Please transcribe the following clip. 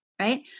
Right